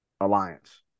alliance